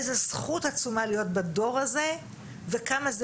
איזה זכות עצומה להיות בדור הזה וכמה זה